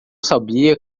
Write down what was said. sabia